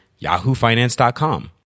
yahoofinance.com